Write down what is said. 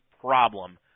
problem